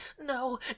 no